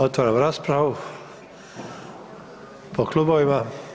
Otvaram raspravu po klubovima.